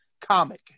comic